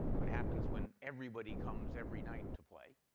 what happens when everybody comes every night to play.